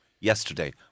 yesterday